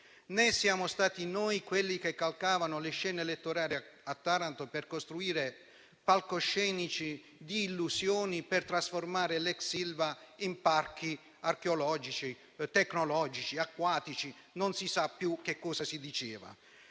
né siamo stati noi quelli che calcavano le scene elettorali a Taranto per costruire palcoscenici di illusioni, per trasformare l'ex Ilva in parchi archeologici, tecnologici, acquatici e non si sa più che cosa.